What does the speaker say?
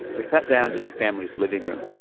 we sat down in the family's living room.